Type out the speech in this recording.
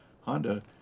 Honda